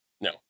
No